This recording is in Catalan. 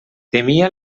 temia